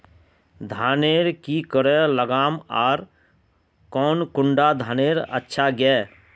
धानेर की करे लगाम ओर कौन कुंडा धानेर अच्छा गे?